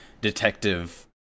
detective